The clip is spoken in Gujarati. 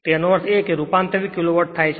તો તેનો અર્થ એ કે તે રૂપાંતરિત કિલો વોટ થાય છે